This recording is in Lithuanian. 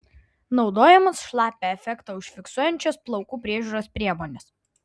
naudojamos šlapią efektą užfiksuojančios plaukų priežiūros priemonės